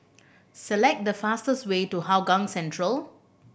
select the fastest way to Hougang Central